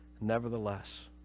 nevertheless